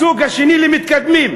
הסוג השני למתקדמים,